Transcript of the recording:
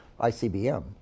ICBM